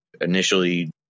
initially